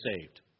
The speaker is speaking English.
saved